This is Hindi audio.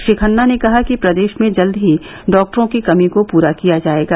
श्री खन्ना ने कहा कि प्रदेश में जल्द ही डॉक्टरों की कमी को पूरा किया जाएगा